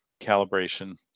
calibration